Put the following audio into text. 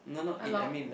a lot